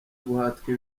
guhatwa